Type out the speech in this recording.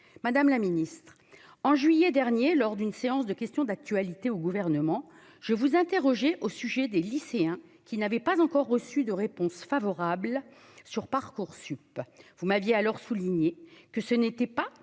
Madame la Ministre, en juillet dernier lors d'une séance de questions d'actualité au gouvernement je vous interroger au sujet des lycéens qui n'avait pas encore reçu de réponse favorable sur Parcoursup, vous m'aviez alors souligné que ce n'était pas